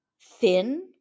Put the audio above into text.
thin